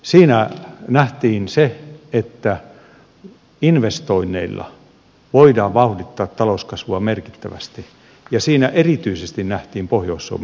siinä nähtiin se että investoinneilla voidaan vauhdittaa talouskasvua merkittävästi ja siinä erityisesti nähtiin pohjois suomen kasvumahdollisuudet